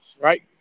right